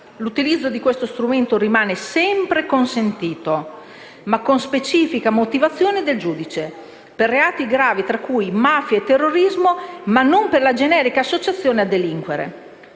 l'utilizzo di questo strumento rimane sempre consentito, ma con specifica motivazione del giudice, per reati gravi tra cui mafia e terrorismo, ma non per la generica associazione a delinquere